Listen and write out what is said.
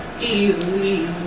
easily